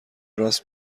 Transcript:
راست